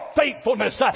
faithfulness